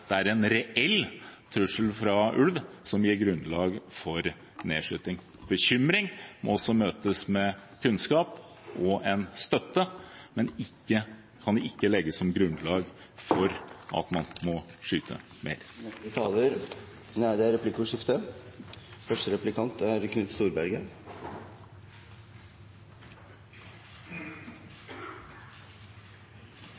det med en reell trussel fra ulv som gir grunnlag for nedskyting. Bekymring må også møtes med kunnskap og en støtte, men kan ikke være grunnlag for at man må skyte flere. Det blir replikkordskifte.